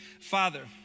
Father